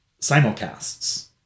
simulcasts